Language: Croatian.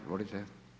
Izvolite.